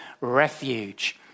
refuge